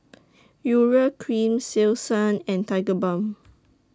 Urea Cream Selsun and Tigerbalm